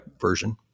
version